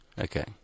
Okay